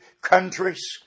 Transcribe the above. countries